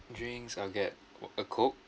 drinks I'll get o~ a coke